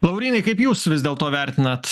laurynai kaip jūs vis dėlto vertinat